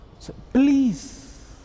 Please